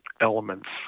elements